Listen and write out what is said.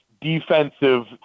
defensive